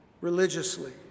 religiously